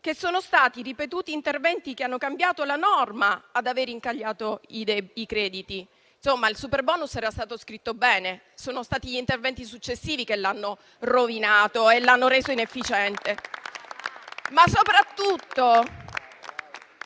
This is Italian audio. che sono stati i ripetuti interventi che hanno cambiato la norma ad avere incagliato i crediti: insomma, il superbonus era stato scritto bene, sono stati gli interventi successivi che l'hanno rovinato e l'hanno reso inefficiente.